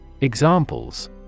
Examples